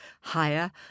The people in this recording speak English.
higher